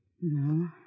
No